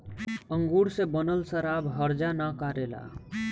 अंगूर से बनल शराब हर्जा ना करेला